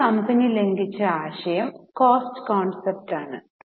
ഇവിടെ കമ്പനി ലംഘിച്ച ആശയം കോസ്റ്റ് കൺസെപ്റ്റ് ആണ്